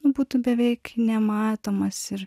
būtų beveik nematomas ir